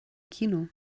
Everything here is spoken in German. kino